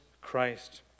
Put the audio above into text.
Christ